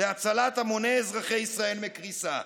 להצלת המוני אזרחי ישראל מקריסה.